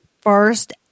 first